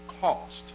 cost